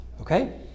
Okay